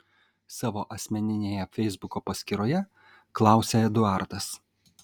savo asmeninėje feisbuko paskyroje klausia eduardas